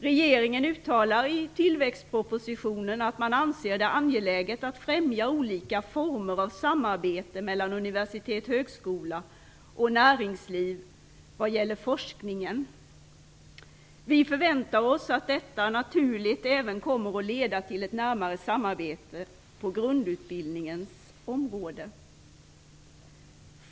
Regeringen uttalar i tillväxtpropositionen att man anser det angeläget att främja olika former av samarbete mellan universitet/högskola och näringsliv vad gäller forskningen. Vi förväntar oss att detta naturligt även kommer att leda till ett närmare samarbete på grundutbildningens område.